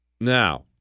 Now